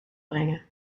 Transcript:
brengen